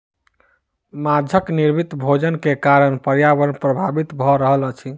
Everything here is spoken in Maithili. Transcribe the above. माँछक निर्मित भोजन के कारण पर्यावरण प्रभावित भ रहल अछि